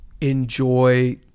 enjoy